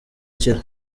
akira